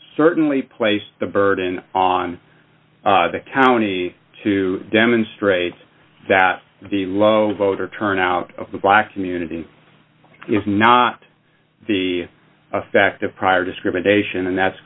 certainly place the burden on the county to demonstrate that the low voter turnout of the black community is not the effect of prior discrimination and that's